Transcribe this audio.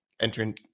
Entering